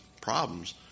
problems